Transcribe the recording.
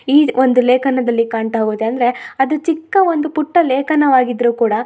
ಈ ಒಂದು ಲೇಖನದಲ್ಲಿ ಕಾಣ್ತ ಹೋಗುತ್ತೆ ಅಂದರೆ ಅದು ಚಿಕ್ಕ ಒಂದು ಪುಟ್ಟ ಲೇಖನವಾಗಿದ್ರು ಕೂಡ